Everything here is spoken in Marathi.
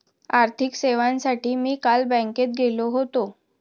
आर्थिक सेवांसाठी मी काल बँकेत गेलो होतो